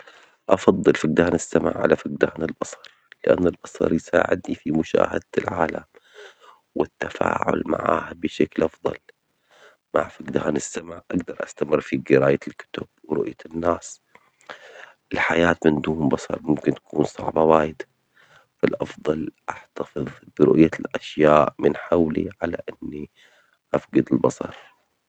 هل تفضل فقدان بصرك أم فقدان سمعك؟ ولماذا؟